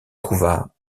trouva